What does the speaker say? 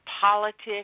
politics